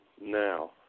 now